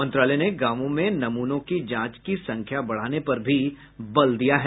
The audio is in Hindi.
मंत्रालय ने गांवों में नमूनों की जांच की संख्या बढ़ाने पर भी बल दिया है